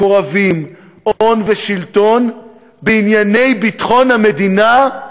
מקורבים, הון ושלטון בענייני ביטחון המדינה.